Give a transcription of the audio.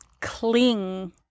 cling